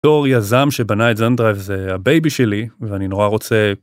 דור יזם שבנה את זנדרייב זה הבייבי שלי ואני נורא רוצה.